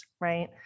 right